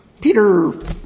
Peter